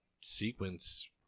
sequence